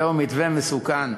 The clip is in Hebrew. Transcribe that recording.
זה מתווה מסוכן,